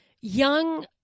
young